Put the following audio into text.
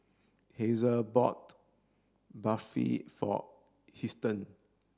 Hazel bought Barfi for Huston